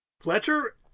Fletcher